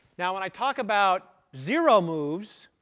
now, when i talk about zero moves,